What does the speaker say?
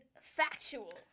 factual